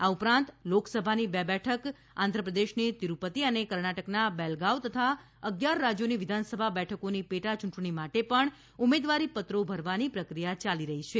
આ ઉપરાંત લોકસભાની બે બેઠક આંધ્રપ્રદેશની તિરૂપતિ અને કર્ણાટકના બેળગાવ તથા અગિયાર રાજ્યોની વિધાનસભા બેઠકોની પેટા યૂંટણી માટે પણ ઉમેદવારીપત્રો ભરવાની પ્રક્રિયા યાલી રહી છે